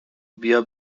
بیا